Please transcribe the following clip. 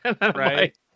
right